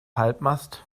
halbmast